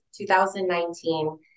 2019